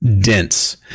dense